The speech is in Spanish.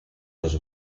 los